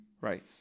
Right